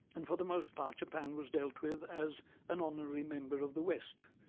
and for the most part japan was dealt with as an honorary member of the west,